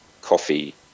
coffee